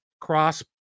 cross